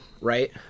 right